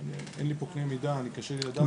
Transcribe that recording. אין לי פה קנה מידה, קשה לי לדעת.